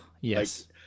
Yes